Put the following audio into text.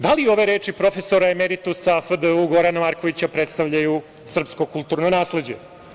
Da li ove reči profesora emeritusa FDU Gorana Markovića predstavljaju srpsko kulturno nasleđe?